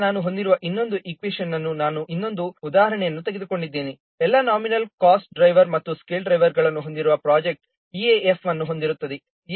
ಆದ್ದರಿಂದ ನಾನು ಹೊಂದಿರುವ ಇನ್ನೊಂದು ಈಕ್ವೇಷನ್ನನ್ನು ನಾವು ಇನ್ನೊಂದು ಉದಾಹರಣೆಯನ್ನು ತೆಗೆದುಕೊಂಡಿದ್ದೇವೆ ಎಲ್ಲಾ ನಾಮಿನಲ್ ಕಾಸ್ಟ್ ಡ್ರೈವರ್ ಮತ್ತು ಸ್ಕೇಲ್ ಡ್ರೈವರ್ಗಳನ್ನು ಹೊಂದಿರುವ ಪ್ರೊಜೆಕ್ಟ್ EAF ಅನ್ನು ಹೊಂದಿರುತ್ತದೆ